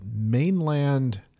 mainland